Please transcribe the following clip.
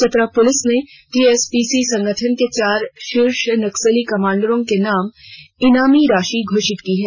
Chatra police ने TSPC संगठन के चार शीर्षस्थ नक्सली कमांडरों के नाम ईनाम की राशि भी घोषित की गई है